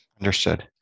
Understood